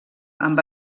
amb